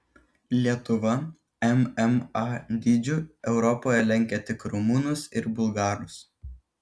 lietuva mma dydžiu europoje lenkia tik rumunus ir bulgarus